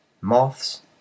moths